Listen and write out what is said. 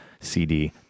CD